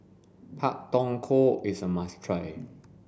Pak Thong Ko is a must try